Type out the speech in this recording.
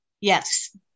Yes